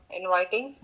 inviting